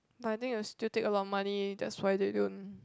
but I think it will still take a lot of money that's why they don't